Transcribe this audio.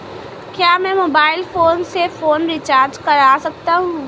क्या मैं mobile phone से फोन रिचार्ज कर सकता हूं?